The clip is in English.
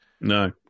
No